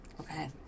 Okay